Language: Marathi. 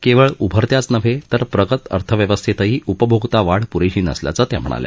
केवळ उभरत्याच नव्हे तर प्रगत अर्थव्यवस्थेतही उपभोगता वाढ पुरेशी नसल्याचं त्यांनी सांगितलं